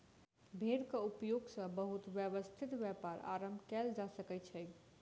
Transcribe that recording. भेड़क उपयोग सॅ बहुत व्यवस्थित व्यापार आरम्भ कयल जा सकै छै